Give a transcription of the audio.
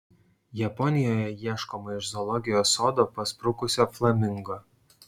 japonijoje ieškoma iš zoologijos sodo pasprukusio flamingo